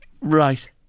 Right